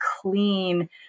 clean